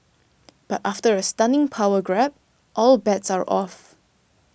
but after a stunning power grab all bets are off